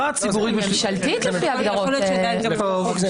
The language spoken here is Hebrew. לא, זו ממשלתית לפי ההגדרות האלה.